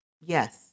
yes